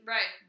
Right